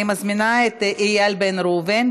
אני מזמינה את איל בן ראובן.